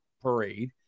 parade